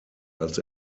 als